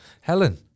Helen